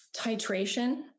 titration